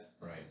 Right